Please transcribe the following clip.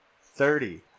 thirty